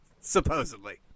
supposedly